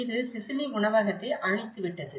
இது சிசிலி உணவகத்தை அழித்துவிட்டது